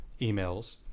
emails